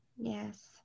Yes